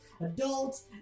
adults